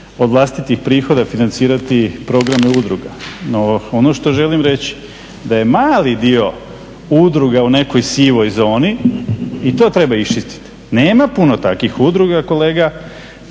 od vlastitih prihoda financirati programe udruga. No ono što želim reći da je mali dio udruga u nekoj sivoj zoni i to treba iščistiti. Nema puno takvih udruga kolega,